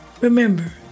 Remember